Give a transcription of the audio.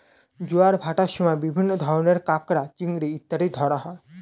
জোয়ার ভাটার সময় বিভিন্ন ধরনের কাঁকড়া, চিংড়ি ইত্যাদি ধরা হয়